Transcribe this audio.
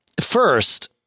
First